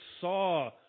saw